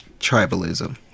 tribalism